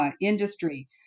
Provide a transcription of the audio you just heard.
industry